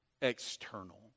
external